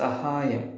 സഹായം